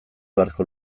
beharko